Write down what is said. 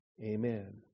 Amen